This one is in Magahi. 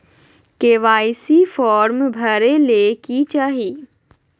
के.वाई.सी फॉर्म भरे ले कि चाही?